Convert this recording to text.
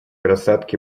рассадки